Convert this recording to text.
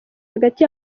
hagati